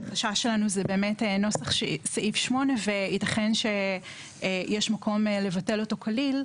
השאלה שלנו היא באמת על נוסח סעיף 8. יתכן שיש מקום לבטל אותו כליל,